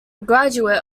graduate